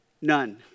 none